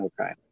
Okay